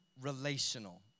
relational